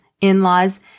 in-laws